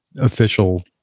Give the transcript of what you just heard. official